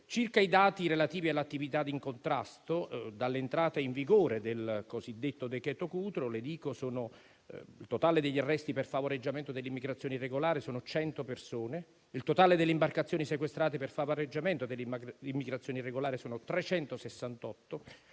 Circa i dati relativi all'attività di contrasto, dall'entrata in vigore del cosiddetto decreto-legge Cutro il totale degli arresti per favoreggiamento dell'immigrazione irregolare ammonta a cento persone; il totale delle imbarcazioni sequestrate per favoreggiamento dell'immigrazione irregolare è di 368;